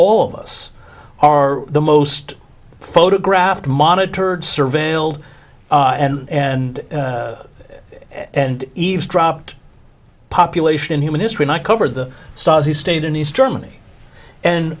all of us are the most photographed monitored surveilled and and and eavesdropped population in human history not covered the stars who stayed in east germany and